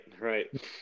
right